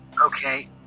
Okay